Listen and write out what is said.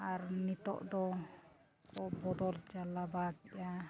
ᱟᱨ ᱱᱤᱛᱚᱜ ᱫᱚᱠᱚ ᱵᱚᱫᱚᱞ ᱪᱟᱵᱟ ᱠᱮᱜᱼᱟ